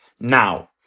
now